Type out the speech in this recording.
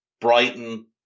Brighton